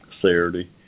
Saturday